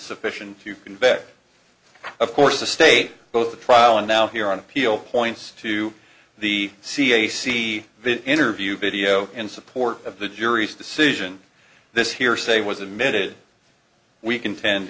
sufficient to invest of course the state both the trial and now here on appeal points to the c a c interview video in support of the jury's decision this hearsay was admitted we conten